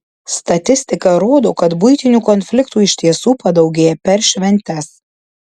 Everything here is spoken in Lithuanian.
statistika rodo kad buitinių konfliktų iš tiesų padaugėja per šventes